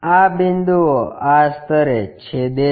આ બિંદુઓ આ સ્તરે છેદે છે